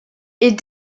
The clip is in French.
est